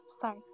sorry